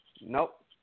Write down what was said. Nope